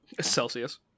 celsius